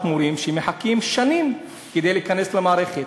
מורים שמחכים שנים כדי להיכנס למערכת.